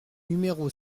numéro